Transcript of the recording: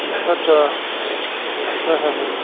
अच्छा हां हां